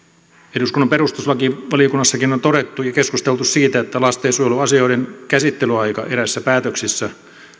eduskunnan perustuslakivaliokunnassakin on todettu ja keskusteltu siitä että lastensuojeluasioiden käsittelyaika eräissä päätöksissä